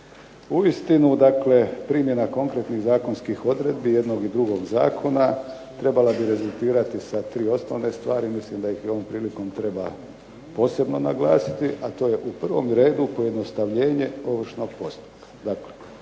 Uistinu dakle primjena konkretnih zakonskih odredbi jednog i drugog zakona trebala bi rezultirati sa 3 osnovne stvari. Mislim da ih i ovom prilikom treba posebno naglasiti, a to je u prvom redu pojednostavljenje ovršnog postupka.